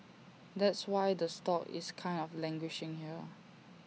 that's why the stock is kind of languishing here